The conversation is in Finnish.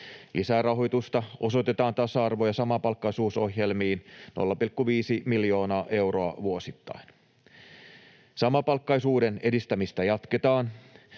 Lisärahoitusta osoitetaan tasa-arvo- ja samapalkkaisuusohjelmiin 0,5 miljoonaa euroa vuosittain. Samapalkkaisuuden edistämistä jatketaan.